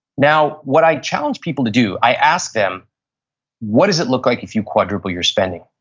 now, what i challenge people to do i ask them what does it look like if you quadruple your spending?